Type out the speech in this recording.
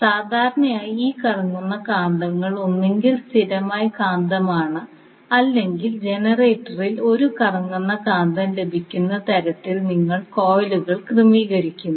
സാധാരണയായി ഈ കറങ്ങുന്ന കാന്തങ്ങൾ ഒന്നുകിൽ സ്ഥിരമായ കാന്തമാണ് അല്ലെങ്കിൽ ജനറേറ്ററിൽ ഒരു കറങ്ങുന്ന കാന്തം ലഭിക്കുന്ന തരത്തിൽ നിങ്ങൾ കോയിലുകൾ ക്രമീകരിക്കുന്നു